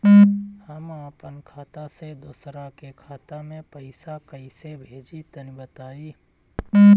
हम आपन खाता से दोसरा के खाता मे पईसा कइसे भेजि तनि बताईं?